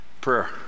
prayer